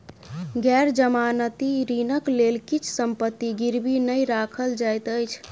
गैर जमानती ऋणक लेल किछ संपत्ति गिरवी नै राखल जाइत अछि